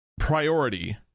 priority